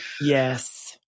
yes